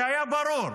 זה היה ברור.